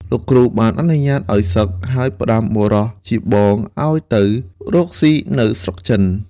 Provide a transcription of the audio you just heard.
លោកគ្រូបានអនុញ្ញាតឱ្យសឹក ហើយផ្ដាំបុរសជាបងឱ្យទៅរកស៊ីនៅស្រុកចិន។